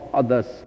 others